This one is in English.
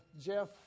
Jeff